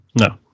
No